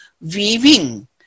weaving